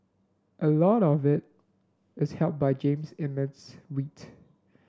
a lot of it is helped by Jean's immense wit